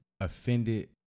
offended